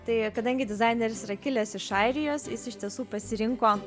tai kadangi dizaineris yra kilęs iš airijos jis iš tiesų pasirinko